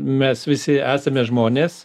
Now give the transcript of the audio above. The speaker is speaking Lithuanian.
mes visi esame žmonės